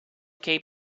keep